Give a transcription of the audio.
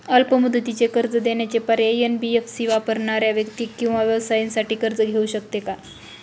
अल्प मुदतीचे कर्ज देण्याचे पर्याय, एन.बी.एफ.सी वापरणाऱ्या व्यक्ती किंवा व्यवसायांसाठी कर्ज घेऊ शकते का?